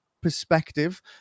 perspective